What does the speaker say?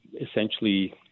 essentially